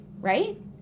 right